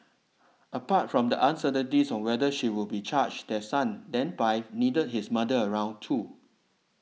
apart from the uncertainties on whether she would be charged their son then five needed his mother around too